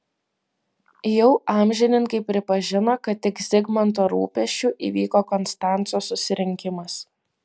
jau amžininkai pripažino kad tik zigmanto rūpesčiu įvyko konstanco susirinkimas